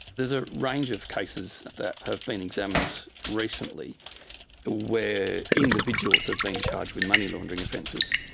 there's a range of cases that have been examined recently where individuals have been charged with money laundering offences,